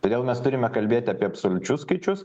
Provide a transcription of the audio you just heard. todėl mes turime kalbėti apie absoliučius skaičius